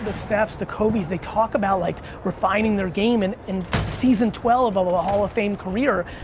the stephs, the kobes, they talk about like refining their game and in season twelve of a hall of fame career.